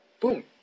Boom